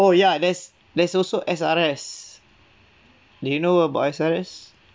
oh yah there's there's also S_R_S do you know about S_R_S